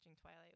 Twilight